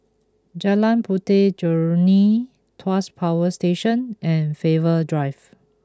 Jalan Puteh Jerneh Tuas Power Station and Faber Drive